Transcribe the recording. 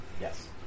Yes